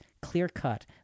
clear-cut